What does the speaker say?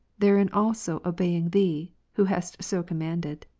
therein also obeying thee, who hast so commanded.